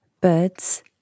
Birds